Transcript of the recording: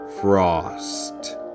Frost